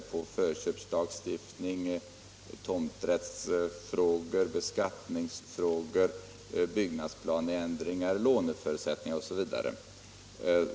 Det gäller förköpslagstiftningen, tomträttsfrågor, beskattningsfrågor, byggnadsplanelagstiftning, låneförutsättningar osv.